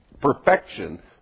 Perfection